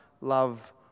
love